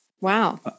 Wow